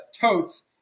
totes